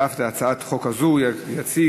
ואף את הצעת החוק הזאת יציג